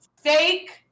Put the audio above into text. fake